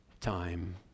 time